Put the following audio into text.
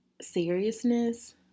seriousness